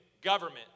government